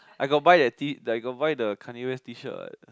I got buy T that I got buy the Kanye West t-shirt what